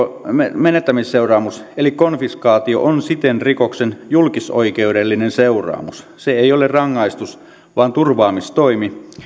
menettämisseuraamus eli konfiskaatio on siten rikoksen julkisoikeudellinen seuraamus se ei ole rangaistus vaan turvaamistoimi